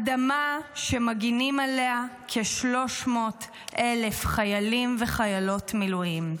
אדמה שמגנים עליה כ-300,000 חיילים וחיילות מילואים,